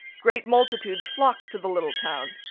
great multitudes flocked to the little town.